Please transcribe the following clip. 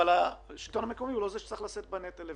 אבל השלטון המקומי הוא לא זה שצריך לשאת בנטל לבד.